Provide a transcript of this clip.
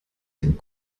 den